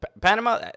Panama